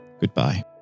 goodbye